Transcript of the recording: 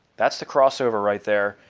that's the crossover right there.